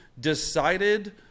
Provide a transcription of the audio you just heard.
decided